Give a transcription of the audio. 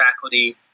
faculty